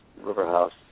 Riverhouse